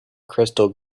crystal